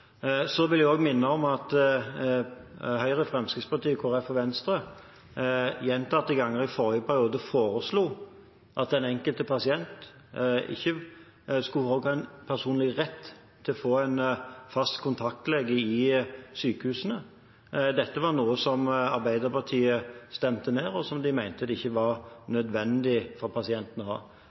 Så vil jeg også minne om at Høyre, Fremskrittspartiet, Kristelig Folkeparti og Venstre gjentatte ganger i forrige periode foreslo at den enkelte pasient også skulle ha en personlig rett til å få en fast kontaktlege i sykehuset. Dette var noe som Arbeiderpartiet stemte ned, og som de mente det ikke var nødvendig for pasienten å ha.